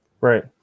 Right